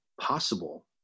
possible